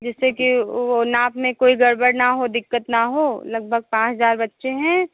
जिससे कि वह नाप में कोई गड़बड़ ना हो दिक़्क़त ना हो लगभग पाँच हज़ार बच्चे हैं